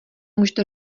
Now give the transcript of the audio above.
můžete